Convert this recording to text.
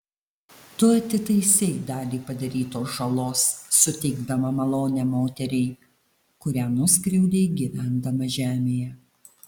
tu atitaisei dalį padarytos žalos suteikdama malonę moteriai kurią nuskriaudei gyvendama žemėje